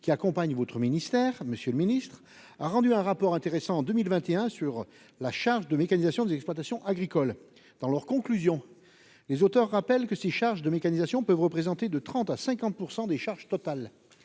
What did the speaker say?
Monsieur le Ministre a rendu un rapport intéressant en 2021 sur la charge de mécanisation des exploitations agricoles. Dans leurs conclusions, les auteurs rappellent que ces charges de mécanisation peuvent représenter de 30 à 50% des charges totales